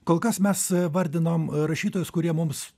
kol kas mes vardinom rašytojus kurie mums